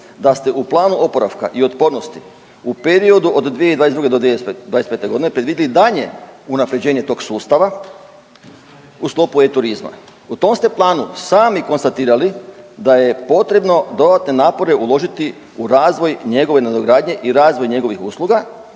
da ste u planu oporavka i otpornosti u periodu od 2022.-2025.g. predvidili daljnje unapređenje tog sustava u sklopu e-turizma. U tom ste planu sami konstatirali da je potrebno dodatne napore uložiti u razvoj njegove nadogradnje i razvoj njegovih usluga